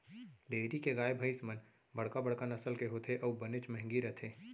dairy के गाय भईंस मन बड़का बड़का नसल के होथे अउ बनेच महंगी रथें